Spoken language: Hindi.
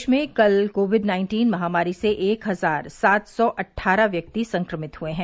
देश में कल कोविड नाइन्टीन महामारी से एक हजार सात सौ अट्ठारह व्यक्ति संक्रमित हुए हैं